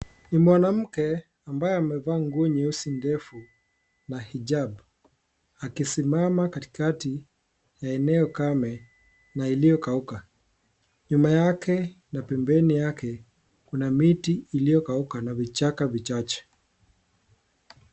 Ni mwanamke ambaye amevaa nguo nyeusi ndefu la hijab, akisimama katikati ya eneo kame na iliyokauka. Nyuma yake na pembeni yake, kuna miti iliyokauka na vichaka vichache.